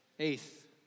Eighth